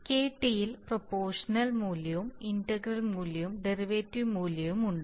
കെടിയിൽ proportional മൂല്യവും integral മൂല്യവും derivative മൂല്യവുമുണ്ട്